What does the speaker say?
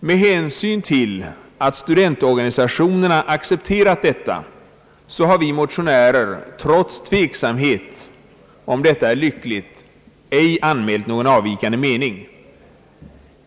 Med hänsyn till att studentorganisationerna accepterat detta har vi motionärer trots tveksamhet om detta är lyckligt ej anmält någon avvikande mening.